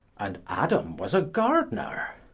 and adam was a gardiner